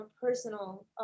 personal